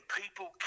people